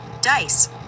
dice